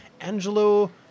Angelo